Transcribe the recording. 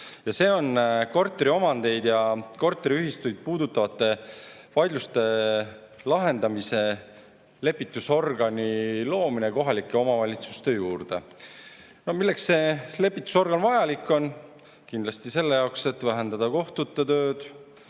See on korteriomandit ja korteriühistut puudutavate vaidluste lahendamise lepitusorgani loomine kohalike omavalitsuste juurde. Milleks see lepitusorgan vajalik on? Kindlasti selle jaoks, et vähendada kohtute